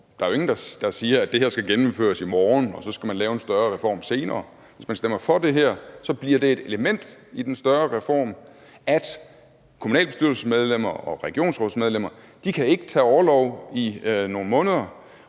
Der er jo ingen, der siger, at det her skal gennemføres i morgen, og at man så skal lave en større reform senere. Hvis man stemmer for det her, bliver det et element i den større reform, at kommunalbestyrelsesmedlemmer og regionsrådsmedlemmer ikke kan tage orlov i nogle måneder